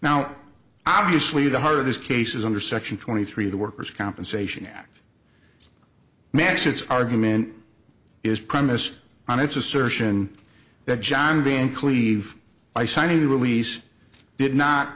now obviously the heart of this case is under section twenty three of the worker's compensation act max its argument is premised on its assertion that john being cleave by signing a release did not